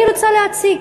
אני רוצה להציג